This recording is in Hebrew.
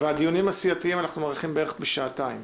והדיונים הסיעתיים, אנחנו מעריכים בערך בשעתיים.